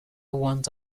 want